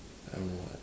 I don't know what